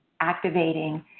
activating